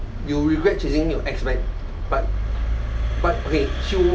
you will regret chasing your ex back but but okay ch~